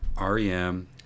REM